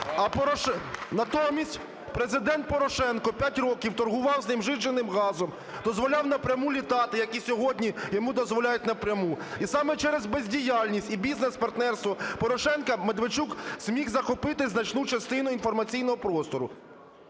Натомість Президент Порошенко 5 років торгував з ним зжиженим газом, дозволяв напряму літати, як і сьогодні йому дозволяють напряму. І саме через бездіяльність і бізнес-партнерство Порошенка Медведчук зміг захопити значну частину інформаційного простору.